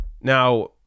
Now